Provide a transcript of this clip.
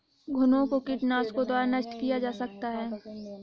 घुनो को कीटनाशकों द्वारा नष्ट किया जा सकता है